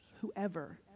Whoever